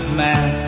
man